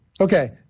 Okay